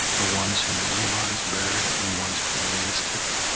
the ones who know where the bodies are buried and the ones who can lead us to them.